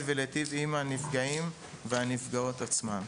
ולהיטיב עם הנפגעים והנפגעות עצמן.